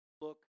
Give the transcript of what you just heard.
look